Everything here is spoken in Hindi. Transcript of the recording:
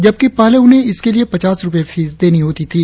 जबकि पहले उन्हें इसके लिए पचास रुपये फीस देनी होती थी